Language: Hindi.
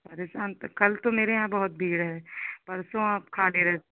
परेशान त कल तो मेरे यहाँ बहुत भीड़ है परसों आप खाली रह